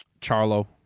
Charlo